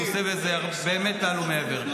כי הוא עושה בזה באמת מעל ומעבר.